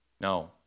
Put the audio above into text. No